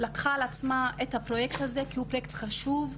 לקחה על עצמה את הפרויקט הזה כי הוא פרויקט חשוב,